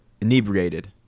inebriated